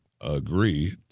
agree